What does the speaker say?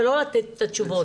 ולא לתת את התשובות.